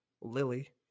Lily